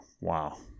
wow